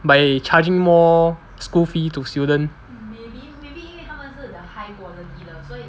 by charging more school fee to student